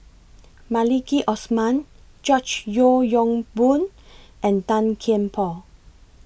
Maliki Osman George Yeo Yong Boon and Tan Kian Por